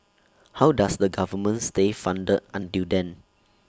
how does the government stay funded until then